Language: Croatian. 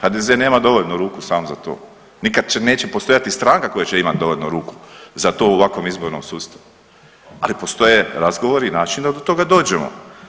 HDZ nema dovoljno ruku sam za to, nikad neće postojati stranka koja će imati dovoljno ruku za to u ovakvom izbornom sustavu, ali postoje razgovori i način da do toga dođemo.